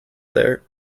there